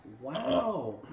Wow